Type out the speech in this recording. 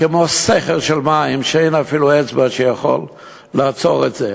כמו סכר של מים שאין אפילו אצבע שיכולה לעצור אותו,